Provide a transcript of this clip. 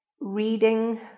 reading